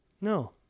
No